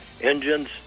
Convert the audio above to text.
engines